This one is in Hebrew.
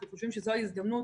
אנחנו חושבים שזו ההזדמנות